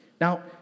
Now